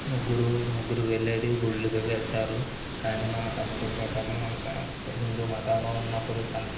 ముగ్గురు ముగ్గురు వెళ్ళేది గుళ్ళుకి వెళ్తారు కానీ మన సంస్కృతి ప్రకారం మన హిందు మతంలో ఉన్నప్పుడు